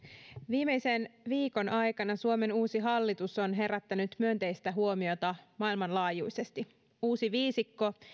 viimeisen viikon aikana suomen uusi hallitus on herättänyt myönteistä huomiota maailmanlaajuisesti uusi viisikko